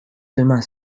demain